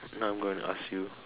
now I'm going to ask you